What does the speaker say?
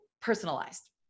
personalized